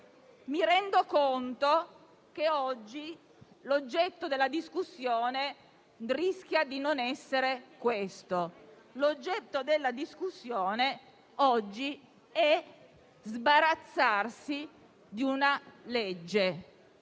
mi rendo conto che oggi l'oggetto della discussione rischia di non essere questo. L'oggetto della discussione odierna è sbarazzarsi di una legge,